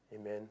Amen